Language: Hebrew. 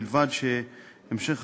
ובלבד שהמשך